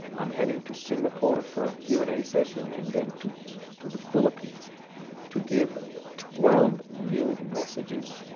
i'm heading to singapore for a q and a session and then to to the philippines to give twelve new messages.